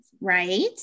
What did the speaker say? right